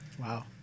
Wow